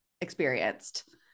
experienced